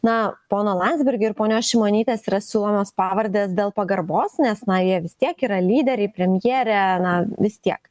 na pono landsbergio ir ponios šimonytės yra siūlomos pavardės dėl pagarbos nes na jie vis tiek yra lyderiai premjerė na vis tiek